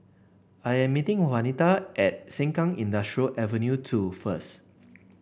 I am meeting Wanita at Sengkang Industrial Avenue two first